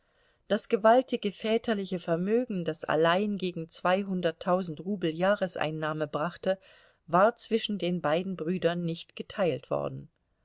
das gewaltige väterliche vermögen das allein gegen zweihunderttausend rubel jahreseinnahme brachte war zwischen den beiden brüdern nicht geteilt worden